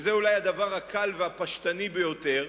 וזה אולי הדבר הקל והפשטני ביותר,